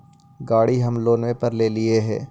गाड़ी हम लोनवे पर लेलिऐ हे?